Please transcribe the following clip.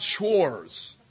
chores